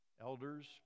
Elders